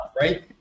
right